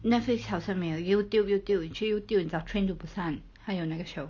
Netflix 好像没有 YouTube YouTube 你去 YouTube 你找 train to busan 他有那个 show